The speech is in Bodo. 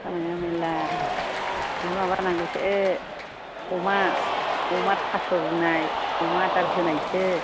खामानिया मेलला ओमफ्राय माबा नांगौसो ए अमा अमा थास' रुनाय अमा आदार होनायसो